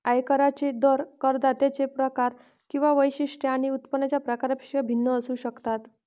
आयकरांचे दर करदात्यांचे प्रकार किंवा वैशिष्ट्ये आणि उत्पन्नाच्या प्रकारापेक्षा भिन्न असू शकतात